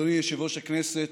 אדוני יושב-ראש הכנסת,